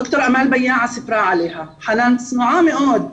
ד"ר אמאל ביאעה סיפרה עליה: חנאן צנועה מאוד,